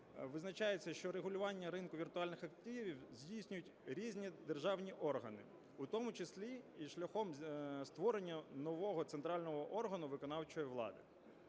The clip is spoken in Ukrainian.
визначається, що регулювання ринку віртуальних активів здійснюють різні державні органи, у тому числі і шляхом створення нового центрального органу виконавчої влади.